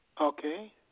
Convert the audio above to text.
Okay